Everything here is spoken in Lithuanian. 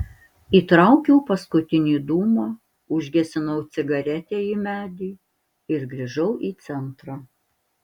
įtraukiau paskutinį dūmą užgesinau cigaretę į medį ir grįžau į centrą